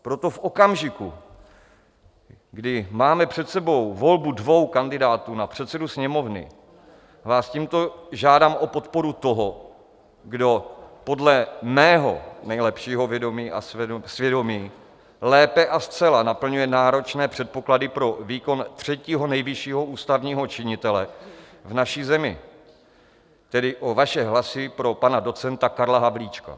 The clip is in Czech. Proto v okamžiku, kdy máme před sebou volbu dvou kandidátů na předsedu Sněmovny, vás tímto žádám o podporu toho, kdo podle mého nejlepšího vědomí a svědomí lépe a zcela naplňuje náročné předpoklady pro výkon třetího nejvyššího ústavního činitele v naší zemi, tedy o vaše hlasy pro pana docenta Karla Havlíčka.